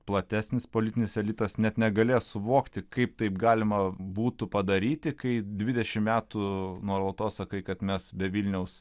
platesnis politinis elitas net negalėjo suvokti kaip taip galima būtų padaryti kai dvidešimt metų nuolatos sakai kad mes be vilniaus